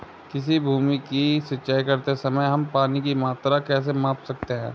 किसी भूमि की सिंचाई करते समय हम पानी की मात्रा कैसे माप सकते हैं?